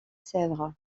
sèvres